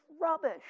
rubbish